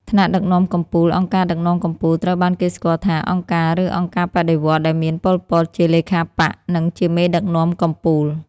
ថ្នាក់ដឹកនាំកំពូល អង្គការដឹកនាំកំពូលត្រូវបានគេស្គាល់ថា អង្គការ ឬ អង្គការបដិវត្តន៍ ដែលមាន ប៉ុល ពត ជាលេខាបក្ស និងជាមេដឹកនាំកំពូល។